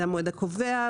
זה המועד הקובע,